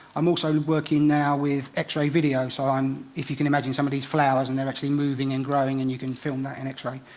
i'm also working now with x-ray video. so, if you can imagine, some of these flowers, and they're actually moving and growing and you can film that in x-ray,